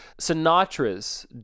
Sinatra's